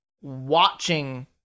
watching